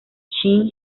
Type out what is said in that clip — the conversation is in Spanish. shin